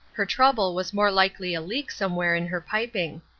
her trouble was more likely a leak somewhere in her piping.